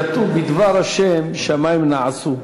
כתוב: "בדבר ה' שמים נעשו".